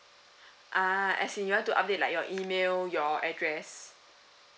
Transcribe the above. ah as in you want to update like your email your address